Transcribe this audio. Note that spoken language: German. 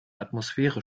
atmosphäre